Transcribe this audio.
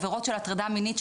עבירות של הטרדה מינית,